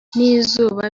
n’izuba